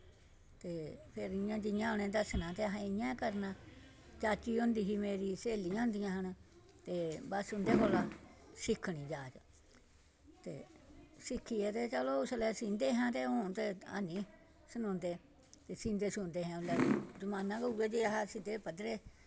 ते फिर उनें जि'यां दस्सना ते असें फिर उ'यां करना चाची होंदी ही मेरी स्हेलियां होंदियां हि'यां मेरियां बस उंदे कोला सिक्खनी जाच ते सिक्खियै ते उसलै सींदे हे पर हून नेईं सींदे सींदे जमाना गै उै निहा हा की सीऽ गै लैंदे हे सिद्धे पद्दरे